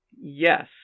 Yes